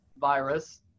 virus